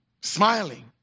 smiling